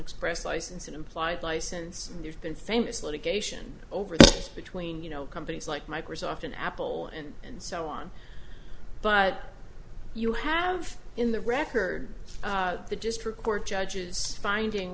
express license an implied license you've been famous litigation over between you know companies like microsoft and apple and and so on but you have in the record the district court judges finding